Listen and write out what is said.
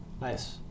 Nice